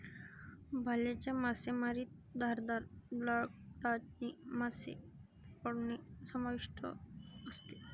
भाल्याच्या मासेमारीत धारदार लाकडाने मासे पकडणे समाविष्ट असते